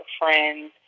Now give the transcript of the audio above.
friends